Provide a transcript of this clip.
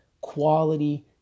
quality